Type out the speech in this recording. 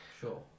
Sure